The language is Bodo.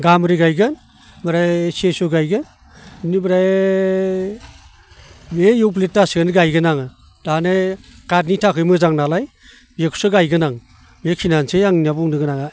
गामब्रि गायगोन ओमफ्राय सिसु गायगोन बेनिफ्राय बे इउक्लिपथास खौनो गायगोन आं दानो काथनि थाखाय मोजां नालाय बेखौसो गायगोन आं बेखिनिआनोसै आंनि बुंनो गोनाङा